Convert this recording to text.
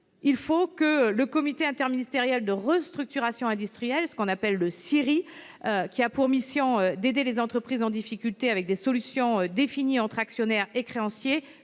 des outre-mer, le comité interministériel de restructuration industrielle, le CIRI, qui a pour mission d'aider les entreprises en difficulté avec des solutions définies entre actionnaires et créanciers,